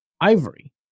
Ivory